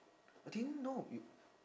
I didn't know you